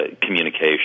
communication